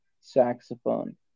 saxophone